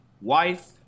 wife